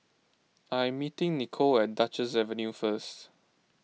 I am meeting Nicolle at Duchess Avenue first